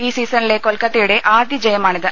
ഈ സീസണിലെ കൊൽക്കത്തയുടെ ആദ്യ ജയമാണിത്